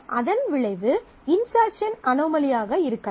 அதன் விளைவு இன்ஸெர்ஸன் அனோமலியாக இருக்கலாம்